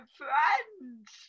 friends